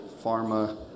pharma